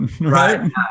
Right